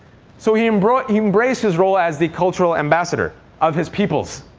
so he embraced embraced his role as the cultural ambassador of his peoples